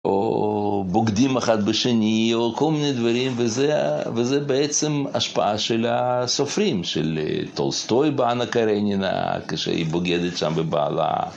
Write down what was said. או בוגדים אחד בשני, או כל מיני דברים, וזה בעצם השפעה של הסופרים, של טולסטוי באנה קרנינה, כשהיא בוגדת שם בבעלה.